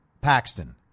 Paxton